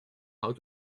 how